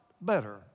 better